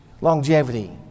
longevity